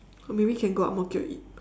or maybe can go ang-mo-kio eat